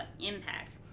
impact